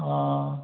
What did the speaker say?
ਹਾਂ